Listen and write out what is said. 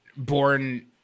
Born